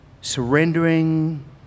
surrendering